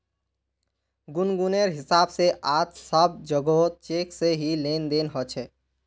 गुनगुनेर हिसाब से आज सब जोगोह चेक से ही लेन देन ह छे